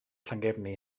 llangefni